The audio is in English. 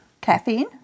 Caffeine